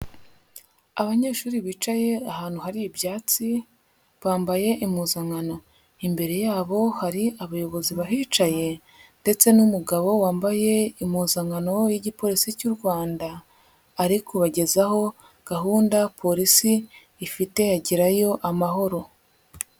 Abanyeshuri bicaye ahantu hari ibyatsi bambaye impuzankano, imbere yabo hari abayobozi bahicaye ndetse n'umugabo wambaye impuzankano y'igipolisi cy'u Rwanda, ari kubagezaho gahunda polisi ifite ya gerayo amahoro.